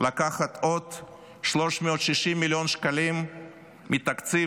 לקחת עוד 360 מיליון שקלים מתקציב